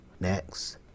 Next